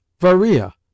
Varia